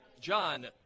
John